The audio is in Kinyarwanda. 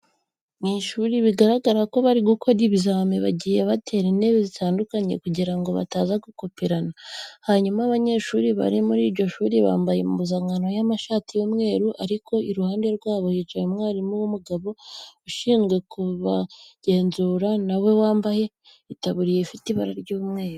Mu ishuri biragaragara ko bari gukora ibizami, bagiye batera intebe zitandukanye kugira ngo bataza gukoperana, hanyuma abanyeshuri bari muri iryo shuri bambaye impuzankano y'amashati y'umweru ariko iruhande rwabo hicaye umwarimu w'umugabo ushinzwe kubagenzura na we wambaye itaburiya ifite ibara ry'umweru.